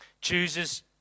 chooses